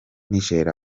niger